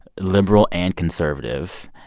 liberal and conservative,